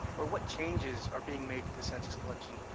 or what changes are being made to the census collection